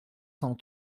cent